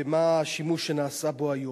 ומה השימוש שנעשה בו היום.